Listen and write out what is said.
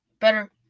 better